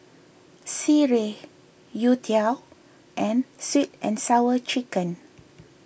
Sireh Youtiao and Sweet and Sour Chicken